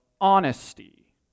honesty